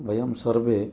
वयं सर्वे